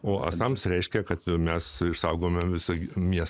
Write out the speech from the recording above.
o nasams reiškia kad mes išsaugome visą miestą